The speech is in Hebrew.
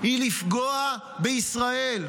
היא לפגוע בישראל.